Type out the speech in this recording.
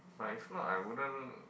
but it's not I wouldn't